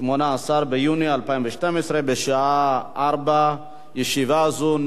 18 ביוני 2012, בשעה 16:00.